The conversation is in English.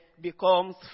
becomes